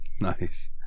nice